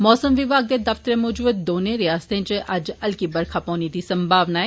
मौसम विभाग दे दफतरे मूजब दोने रियासते इच अज्ज हल्की बरखा पौने दी संभावना ऐ